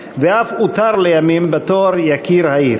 ואף עוטר לימים בתואר "יקיר העיר